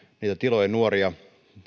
niitä tilojen nuoria